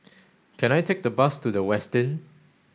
can I take the bus to The Westin